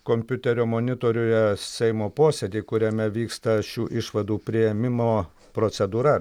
kompiuterio monitoriuje seimo posėdį kuriame vyksta šių išvadų priėmimo procedūra